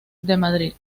madrid